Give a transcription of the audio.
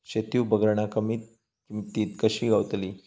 शेती उपकरणा कमी किमतीत कशी गावतली?